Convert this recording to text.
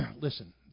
Listen